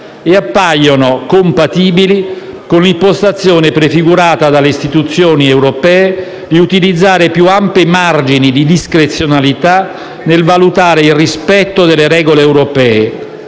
e appaiono compatibili con l'impostazione prefigurata dalle istituzioni europee, volta a utilizzare più ampi margini di discrezionalità nel valutare il rispetto delle regole europee,